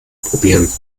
probieren